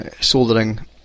soldering